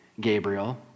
Gabriel